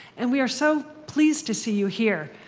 and we are so pleased to see you here.